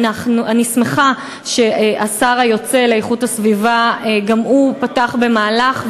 אני שמחה שהשר להגנת הסביבה היוצא פתח גם הוא במהלך,